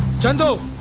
chandu.